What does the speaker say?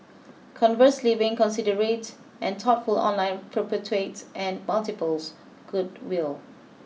conversely being considerate and thoughtful online perpetuates and multiplies goodwill